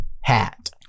Hat